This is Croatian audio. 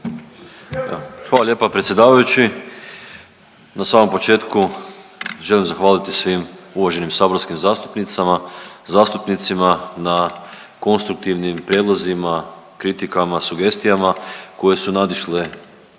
Hvala lijepa predsjedavajući. Na samom početku želim zahvaliti svim uvaženim saborskim zastupnicama i zastupnicima na konstruktivnim prijedlozima, kritikama, sugestijama koje su nadišle